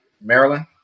Maryland